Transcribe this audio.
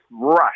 rush